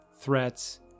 threats